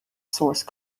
source